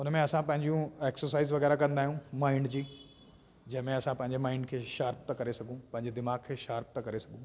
उनमें असां पंहिंजूं एक्सरसाइज़ वग़ैरह कंदा आहियूं माइंड जी जंहिंमें असां पंहिंजे माइंड खे शॉर्प था करे सघूं पंहिंजे दिमाग़ खे शॉर्प था करे सघूं